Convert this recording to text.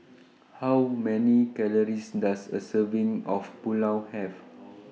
How Many Calories Does A Serving of Pulao Have